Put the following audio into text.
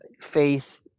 faith